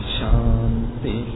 Shanti